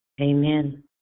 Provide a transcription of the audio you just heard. Amen